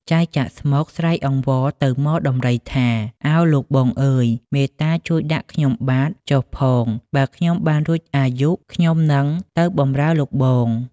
ចៅ ចាក់ស្មុគ ស្រែកអង្វរទៅហ្មដំរីថា “ឱលោកបងអើយ មេត្តាជួយដាក់ខ្ញុំបាទ ចុះផង បើខ្ញុំបានរួចអាយុ ខ្ញុំនឹងទៅបំរើលោកបង”។